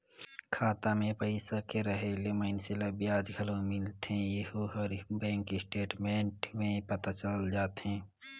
खाता मे पइसा के रहें ले मइनसे ल बियाज घलो मिलथें येहू हर बेंक स्टेटमेंट में पता चल जाथे